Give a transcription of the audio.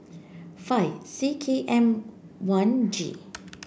five C K M one G